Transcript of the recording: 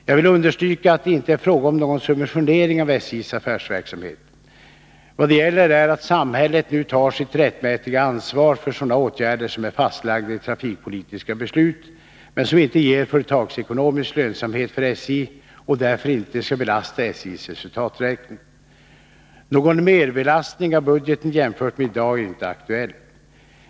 Jag vill understryka att det inte är fråga om någon subventionering av SJ:s affärsverksamhet. Vad det gäller är att samhället nu tar sitt rättmätiga ansvar för sådana åtgärder som är fastlagda i trafikpolitiska beslut men som inte ger företagsekonomisk lönsamhet för SJ och därför inte skall belasta SJ:s resultaträkning. Någon merbelastning av budgeten jämfört med i dag är inte aktuell.